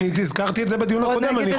הזכרתי את שזה בדיון הקודם.